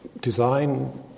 design